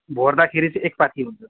भर्दाखेरि चाहिँ एक पाथी हुन्छ